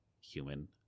human